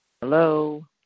hello